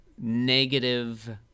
negative